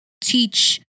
teach